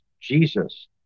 Jesus